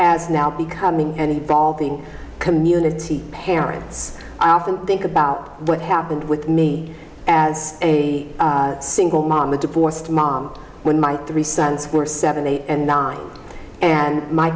as now becoming an evolving community parents i often think about what happened with me as a single mom a divorced mom when my three sons were seven eight and nine and my